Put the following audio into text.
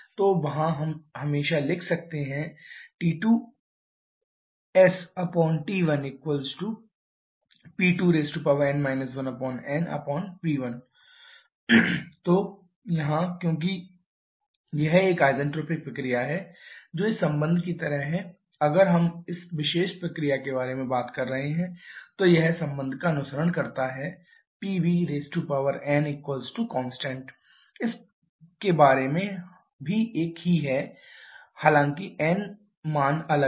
तो वहाँ हम हमेशा लिख सकते हैं T2sT1P2n 1nP1 तो यहाँ क्योंकि यह एक आइन्ट्रोपिक प्रक्रिया है जो इस संबंध की तरह है अगर हम इस विशेष प्रक्रिया के बारे में बात कर रहे हैं तो यह संबंध का अनुसरण करता है Pvnconstant इस के बारे में भी एक ही है हालांकि n मान अलग हैं